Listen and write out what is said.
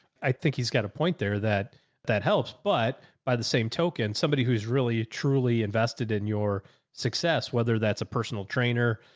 i think he's got a point there that that helps, but by the same token, somebody who's really, truly invested in your success, whether that's a personal trainer.